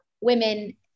women